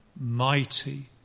mighty